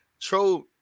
troll